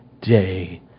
day